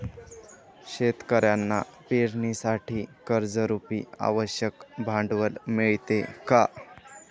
शेतकऱ्यांना पेरणीसाठी कर्जरुपी आवश्यक भांडवल मिळते का?